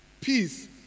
peace